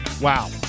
wow